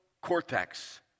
cortex